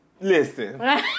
Listen